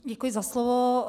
Děkuji za slovo.